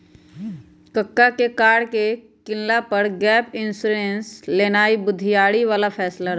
कक्का के कार के किनला पर गैप इंश्योरेंस लेनाइ बुधियारी बला फैसला रहइ